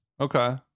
Okay